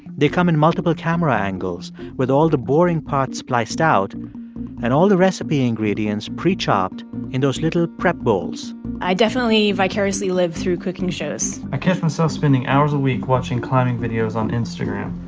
they come in multiple camera angles with all the boring parts spliced out and all the recipe ingredients pre-chopped in those little prep bowls i definitely vicariously live through cooking shows i catch myself spending hours a week watching climbing videos on instagram.